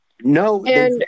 No